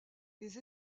les